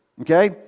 Okay